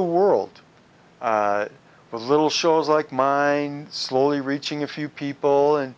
the world with little shows like my slowly reaching a few people and